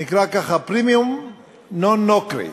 נקרא ככה: Primum non nocere,